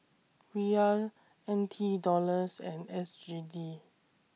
Riyal N T Dollars and S G D